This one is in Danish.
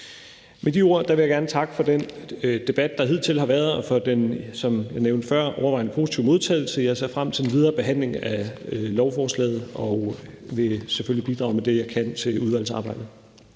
Med de ord vil jeg gerne takke for den debat, der hidtil har været, og for den, som jeg nævnte før, overvejende positive modtagelse. Jeg ser frem til den videre behandling af lovforslaget og vil selvfølgelig bidrage med det, jeg kan, til udvalgsarbejdet.